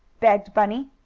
begged bunny.